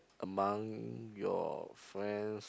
among your friends